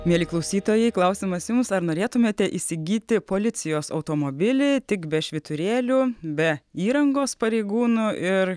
mieli klausytojai klausimas jums ar norėtumėte įsigyti policijos automobilį tik be švyturėlių be įrangos pareigūnų ir